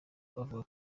bavuga